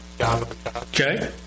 Okay